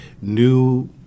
new